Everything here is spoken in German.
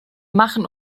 machen